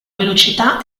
velocità